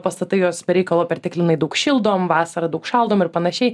pastatai juos be reikalo perteklinai daug šildom vasarą daug šaldom ir panašiai